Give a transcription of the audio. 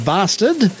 Bastard